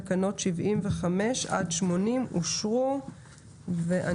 תקנות 75 עד 80 עם התיקונים שהועלו אושרו פה אחד.